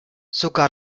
sogar